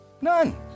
None